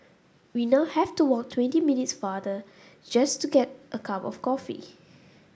we now have to walk twenty minutes farther just to get a cup of coffee